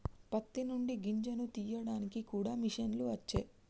పత్తి నుండి గింజను తీయడానికి కూడా మిషన్లు వచ్చే